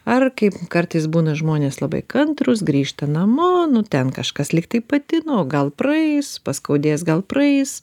ar kaip kartais būna žmonės labai kantrūs grįžta namo nu ten kažkas lyg tai patino gal praeis paskaudės gal praeis